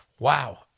Wow